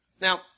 Now